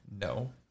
No